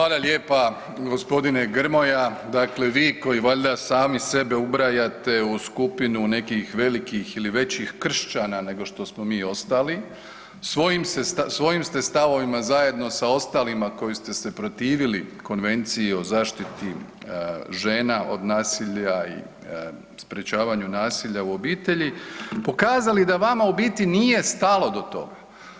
Hvala lijepa gospodine Grmoja, dakle vi koji valjda sami sebe ubrajate u skupinu nekih velikih ili većih kršćana nego što smo mi ostali, svojim ste stavovima zajedno sa ostalima koji ste se protivili konvenciji o zaštiti žena od nasilja i sprječavanju nasilja u obitelji, pokazali da vama u biti nije stalo do toga.